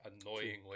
Annoyingly